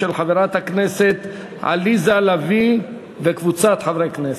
של חברת הכנסת עליזה לביא וקבוצת חברי כנסת.